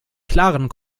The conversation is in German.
klaren